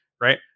Right